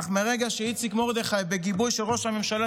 אך מרגע שאיציק מרדכי בגיבוי של ראש הממשלה